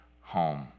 home